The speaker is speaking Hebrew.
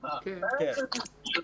יש שם צוותים שמיומנים לכך.